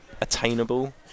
attainable